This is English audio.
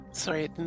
Sorry